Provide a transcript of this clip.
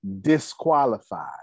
disqualified